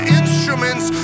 instruments